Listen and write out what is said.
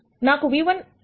నాకు v1T ఉంది